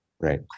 Right